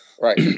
Right